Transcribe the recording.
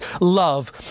love